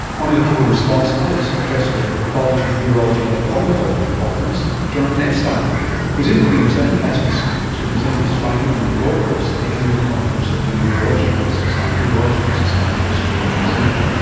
one of the people responsible is professor of pathology, urology and oncology at hopkins, jonathan epstein who's in queensland as we speak to present his findings on the gold coast at the annual conference of the urological society urological society of australia and new zealand.